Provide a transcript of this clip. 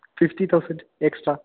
fifty thousand extra